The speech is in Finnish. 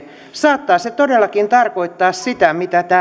saattaa se todellakin tarkoittaa sitä mitä täällä edelliset puhujat